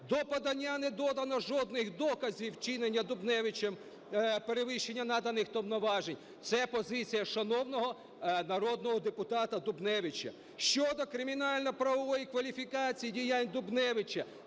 До подання не додано жодних доказів вчинення Дубневичем перевищення наданих повноважень. Це позиція шановного народного депутата Дубневича. Щодо кримінально-правової кваліфікації діянь Дубневича.